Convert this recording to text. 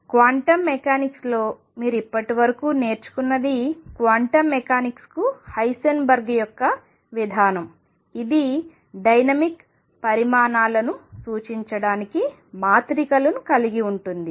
quantum మెకానిక్స్లో మీరు ఇప్పటివరకు నేర్చుకున్నది క్వాంటం మెకానిక్స్కు హైసెన్బర్గ్ యొక్క విధానం ఇది డైనమిక్ పరిమాణాలను సూచించడానికి మాత్రికలను కలిగి ఉంటుంది